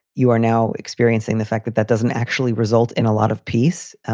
you are now experiencing the fact that that doesn't actually result in a lot of peace.